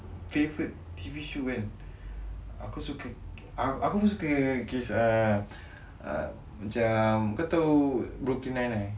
favourite T_V show kan aku suka case uh brooklyn nine nine